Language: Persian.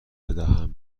بدم